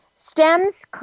Stems